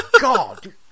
god